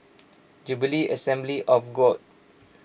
Jubilee Assembly of God